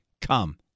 come